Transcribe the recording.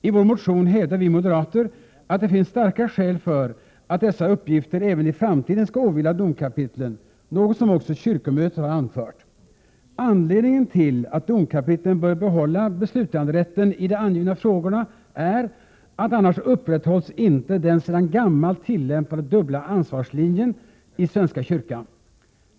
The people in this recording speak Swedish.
I vår motion hävdar vi moderater att det finns starka skäl för att dessa uppgifter även i framtiden skall åvila domkapitlen, något som också kyrkomötet har anfört. Anledningen till att domkapitlen bör behålla beslutanderätten i de angivna frågorna är att annars upprätthålls inte den sedan gammalt tillämpade dubbla ansvarslinjen i svenska kyrkan.